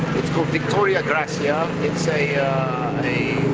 called victoria gracia. it's a a